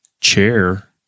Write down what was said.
chair